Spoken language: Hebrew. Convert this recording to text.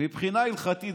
מבחינה הלכתית,